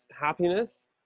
happiness